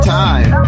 time